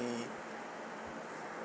we